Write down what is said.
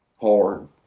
hard